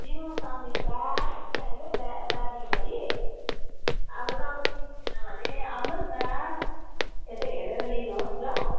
मेरो सब्जी पुरा छ कि अहिले बारीभरि अब तपाईँ लिनुहुन्छ भने आउनुहोस् न यतै हेरेर लिनुहोस् ल